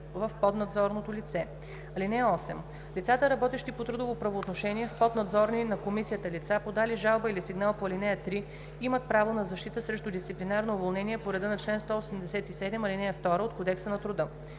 в поднадзорното лице. (8) Лицата, работещи по трудово правоотношение в поднадзорни на комисията лица, подали жалба или сигнал по ал. 3, имат право на защита срещу дисциплинарно уволнение по реда на чл. 187, ал. 2 от Кодекса на труда.